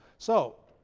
so,